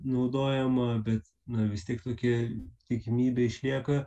naudojama bet na vis tiek tokie tikimybė išlieka